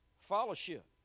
fellowship